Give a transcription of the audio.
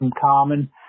common